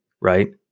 right